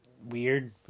weird